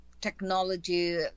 technology